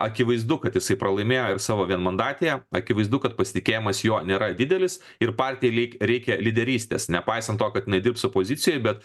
akivaizdu kad jisai pralaimėjo ir savo vienmandatėje akivaizdu kad pasitikėjimas juo nėra didelis ir partijai leik reikia lyderystės nepaisant to kad jinai dirbs opozicijoj bet